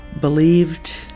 believed